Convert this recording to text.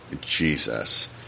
Jesus